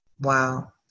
Wow